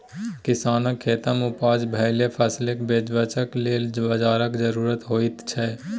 किसानक खेतमे उपजा भेल फसलकेँ बेचबाक लेल बाजारक जरुरत होइत छै